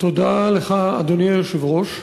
תודה לך, אדוני היושב-ראש.